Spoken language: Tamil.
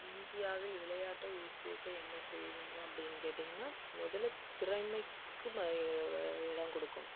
இந்தியாவில் விளையாட்டை ஊக்குவிக்க என்ன செய்ய வேண்டும் அப்படின்னு கேட்டீங்கன்னா முதலில் திறமைக்கு இடம் கொடுக்கணும்